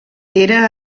era